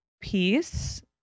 Peace